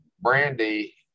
brandy